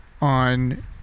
on